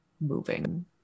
moving